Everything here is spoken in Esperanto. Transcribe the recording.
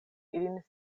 ilin